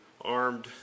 armed